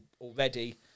already